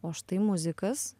o štai muzikas